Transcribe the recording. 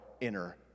inner